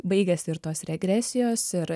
baigiasi ir tos regresijos ir